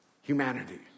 humanity